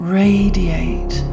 radiate